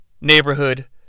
neighborhood